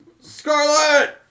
Scarlet